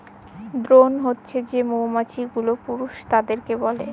drone হছে যে মৌমাছি গুলো পুরুষ তাদেরকে বলে